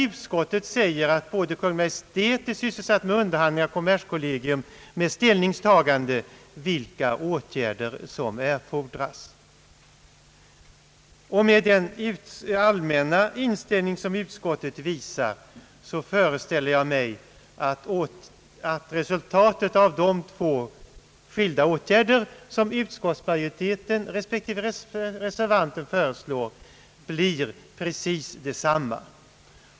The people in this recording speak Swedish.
Utskottet säger härvidlag, att Kungl. Maj:t underhandlar i frågan och att kommers kollegium förbereder åtgärder som kan erfordras. Med den allmänna inställning som utskottet har föreställer jag mig att resultatet av de åtgärder, som utskottsmajoriteten respektive reservanten föreslår, blir exakt detsamma.